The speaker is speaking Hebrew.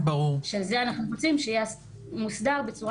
שאנחנו רוצים שזה יהיה מוסדר בצורה